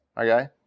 Okay